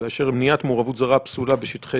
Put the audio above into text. "באשר למניעת מעורבות זרה פסולה בשטחי